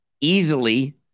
easily